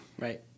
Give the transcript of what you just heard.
Right